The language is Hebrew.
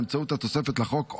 באמצעות התוספת לחוק,